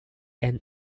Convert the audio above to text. and